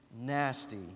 nasty